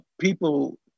people